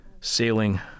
sailing